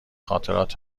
خاطرات